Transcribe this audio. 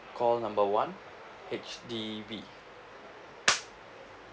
call number one H_D_B